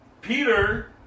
Peter